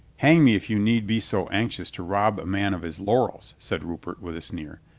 hang me if you need be so anxious to rob a man of his laurels, said rupert with a sneer.